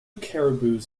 caribous